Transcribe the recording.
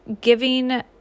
giving